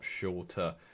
shorter